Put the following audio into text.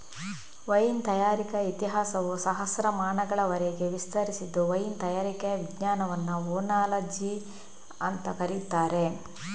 wine ತಯಾರಿಕೆಯ ಇತಿಹಾಸವು ಸಹಸ್ರಮಾನಗಳವರೆಗೆ ವಿಸ್ತರಿಸಿದ್ದು ವೈನ್ ತಯಾರಿಕೆಯ ವಿಜ್ಞಾನವನ್ನ ಓನಾಲಜಿ ಅಂತ ಕರೀತಾರೆ